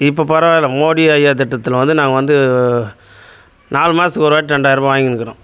இப்போது பரவாயில்லை மோடி ஐயா திட்டத்தில் வந்து நான் வந்து நாலு மாதத்துக்கு ஒருவாட்டி ரெண்டாயிரரூபா வாங்கின்னுக்கிறோம்